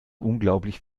unglaublich